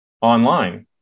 online